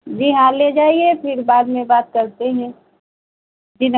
जी हाँ ले जाइए फिर बाद मे बात करते हैं जी